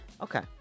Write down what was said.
Okay